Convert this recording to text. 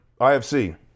IFC